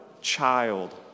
child